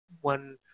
one